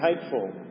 hateful